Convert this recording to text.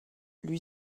lui